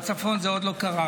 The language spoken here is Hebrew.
ובצפון זה עוד לא קרה.